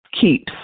keeps